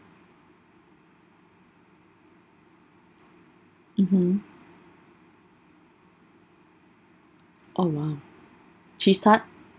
mmhmm oh !wow! cheese tart